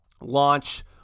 launch